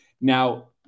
Now